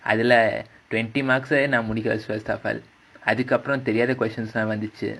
அதுல:adhula twenty marks நான் முடிக்கல:naan mudikala showstopper அதுக்கப்புறம் தெரியாத:adhukkappuram theriyaatha questions தான் வந்துச்சு:thaan vandhuchu